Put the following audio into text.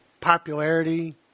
popularity